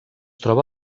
troba